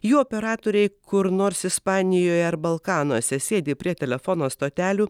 jų operatoriai kur nors ispanijoje ar balkanuose sėdi prie telefono stotelių